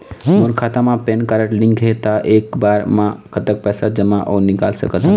मोर खाता मा PAN card link हे ता एक बार मा कतक पैसा जमा अऊ निकाल सकथन?